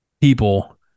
people